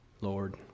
Lord